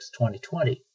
2020